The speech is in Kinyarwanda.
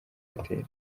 airtel